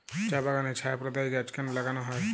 চা বাগানে ছায়া প্রদায়ী গাছ কেন লাগানো হয়?